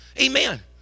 amen